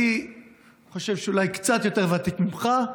אני חושב שאני אולי קצת יותר ותיק ממך,